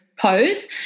pose